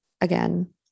again